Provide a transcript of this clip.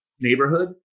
neighborhood